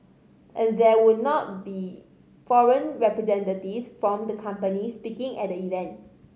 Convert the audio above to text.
and there would not be foreign representatives from the companies speaking at the event